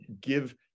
give